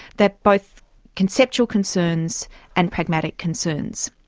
that both conceptual concerns and pragmatic concerns.